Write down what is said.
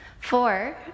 Four